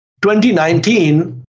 2019